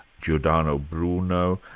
giordano bruno,